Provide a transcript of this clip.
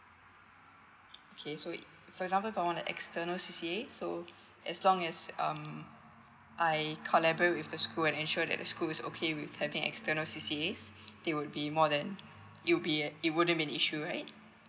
okay so for example if I want a external C_C_A so as long as um I collaborate with the school and ensured that the school is okay with having external C_C_A they would be more than it would at It wouldn't be an issue right